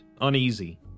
uneasy